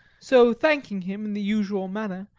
so, thanking him in the usual manner,